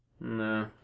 No